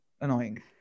annoying